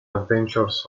adventures